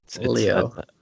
leo